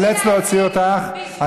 אני איאלץ להוציא אותך.